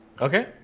okay